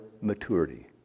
maturity